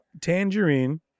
Tangerine